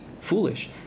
foolish